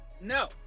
no